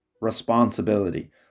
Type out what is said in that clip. responsibility